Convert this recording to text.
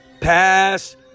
pass